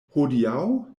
hodiaŭ